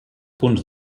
punts